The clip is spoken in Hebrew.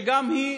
שגם היא,